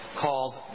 called